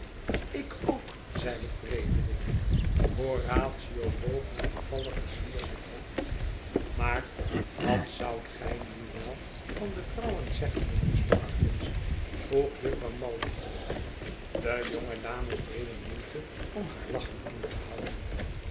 ik ook zeide frederik horatio boog met bevalligen zwier zijn hoofd maar wat zoudt gij nu wel van de vrouwen zeggen mijnheer sparkins vroeg jufvrouw malderton de jonge dames deden moeite om haar lachen in te houden